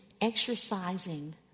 exercising